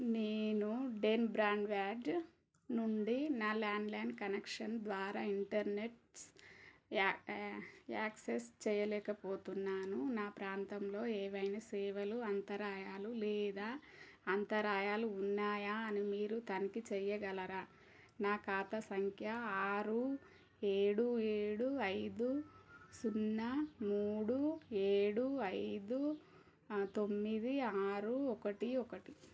నేను డెన్ బ్రాన్వ్యాడ్ నుండి నా ల్యాండ్లైన్ కనెక్షన్ ద్వారా ఇంటర్నెట్స్ యాక్సెస్ చేయలేకపోతున్నాను నా ప్రాంతంలో ఏవైనా సేవలు అంతరాయాలు లేదా అంతరాయాలు ఉన్నాయా అని మీరు తనిఖి చెయ్యగలరా నా ఖాతా సంఖ్య ఆరు ఏడు ఏడు ఐదు సున్నా మూడు ఏడు ఐదు తొమ్మిది ఆరు ఒకటి ఒకటి